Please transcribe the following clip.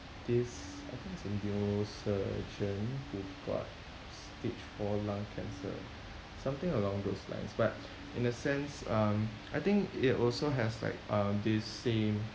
this I think it's a neurosurgeon who got stage four lung cancer something along those lines but in a sense um I think it also has like uh this same